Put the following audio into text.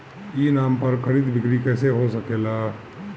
ई नाम पर खरीद बिक्री कैसे हो सकेला?